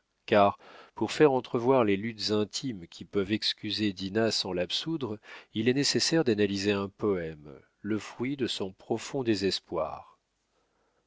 car pour faire entrevoir les luttes intimes qui peuvent excuser dinah sans l'absoudre il est nécessaire d'analyser un poème le fruit de son profond désespoir